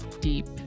deep